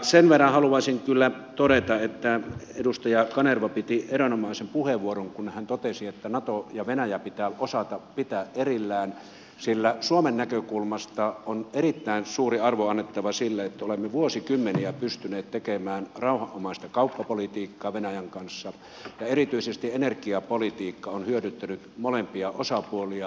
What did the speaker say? sen verran haluaisin kyllä todeta että edustaja kanerva piti erinomaisen puheenvuoron kun hän totesi että nato ja venäjä pitää osata pitää erillään sillä suomen näkökulmasta on erittäin suuri arvo annettava sille että olemme vuosikymmeniä pystyneet tekemään rauhanomaista kauppapolitiikkaa venäjän kanssa ja erityisesti energiapolitiikka on hyödyttänyt molempia osapuolia